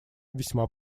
весьма